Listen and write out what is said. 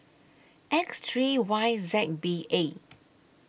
X three Y Z B A